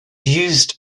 used